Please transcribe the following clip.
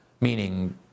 meaning